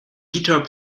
guitar